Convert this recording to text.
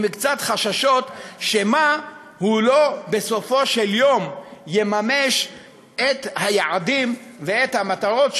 עם קצת חששות שמא בסופו של יום הוא לא יממש את היעדים ואת המטרות שלו.